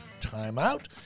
timeout